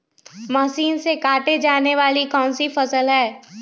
Machine से काटे जाने वाली कौन सी फसल है?